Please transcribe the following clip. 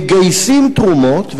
מגייסים תרומות,